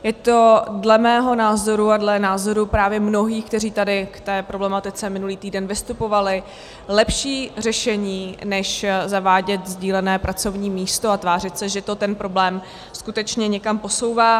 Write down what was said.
Je to dle mého názoru a dle názoru právě mnohých, kteří tady k té problematice minulý týden vystupovali, lepší řešení, než zavádět sdílené pracovní místo a tvářit se, že to ten problém skutečně někam posouvá.